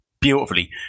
beautifully